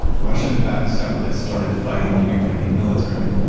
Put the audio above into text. russian-backed separatists started fighting the ukrainian military.